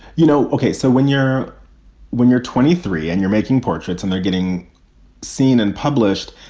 you know, ok, so when you're when you're twenty three and you're making portraits and they're getting seen and published,